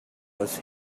was